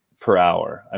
per hour. um